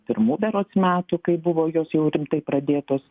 pirmų berods metų kai buvo jos jau rimtai pradėtos